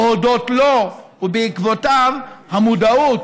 או הודות לו, או בעקבותיו, המודעות